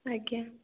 ଆଜ୍ଞା